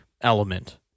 element